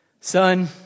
Son